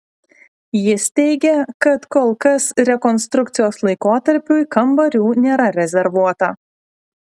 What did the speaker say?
jis teigia kad kol kas rekonstrukcijos laikotarpiui kambarių nėra rezervuota